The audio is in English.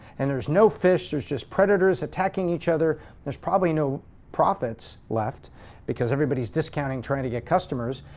and there's no fish, there's just predators attacking each other there's probably no profits left because everybody's discounting, trying to get customers.